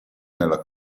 nella